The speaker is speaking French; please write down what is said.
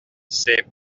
ses